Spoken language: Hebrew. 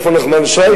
איפה נחמן שי,